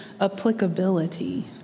applicability